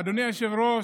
אדוני היושב-ראש,